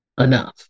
enough